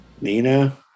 Nina